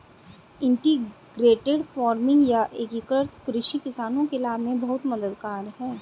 integrated farming या एकीकृत कृषि किसानों के लाभ में बहुत मददगार है